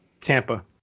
Tampa